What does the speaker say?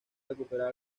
recuperar